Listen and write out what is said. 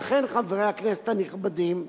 לכן, חברי הכנסת הנכבדים,